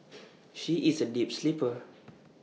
she is A deep sleeper